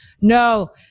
No